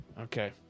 Okay